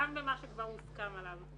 גם במה שכבר הוסכם עליו,